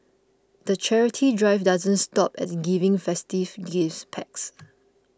the charity drive doesn't stop at giving festive gift packs